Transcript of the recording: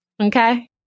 Okay